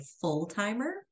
full-timer